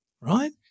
right